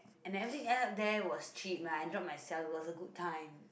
and everything else there was cheap I enjoyed myself it was a good time